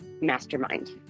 mastermind